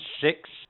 six